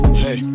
hey